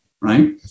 right